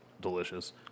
delicious